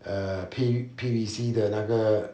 err P P_V_C 的那个